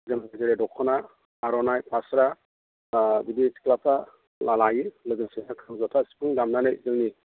जोंनि जेरै दख'ना आरनाइ फास्रा बिदि सिख्लाफ्रा लायो लोगोसे खाम सिफुं जथा दामनानै जोंनि